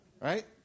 Right